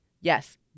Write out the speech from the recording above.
Yes